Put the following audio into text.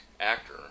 actor